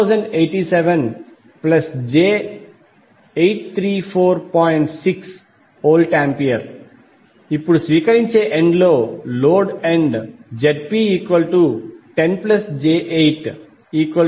6VA ఇప్పుడు స్వీకరించే end లో లోడ్ ఎండ్ Zp10j812